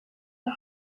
the